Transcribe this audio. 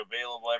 available